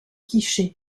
quiché